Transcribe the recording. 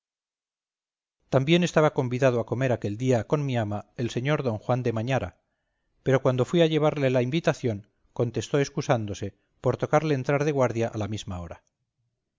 también estaba convidado a comer aquel día con mi ama el sr d juan de mañara pero cuando fui a llevarle la invitación contestó excusándose por tocarle entrar de guardia a la misma hora